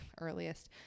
earliest